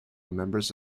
members